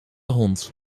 hond